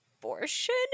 abortion